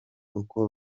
uko